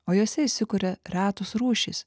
o juose įsikuria retos rūšys